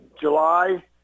July